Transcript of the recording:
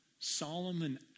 Solomon